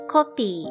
Copy